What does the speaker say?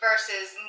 Versus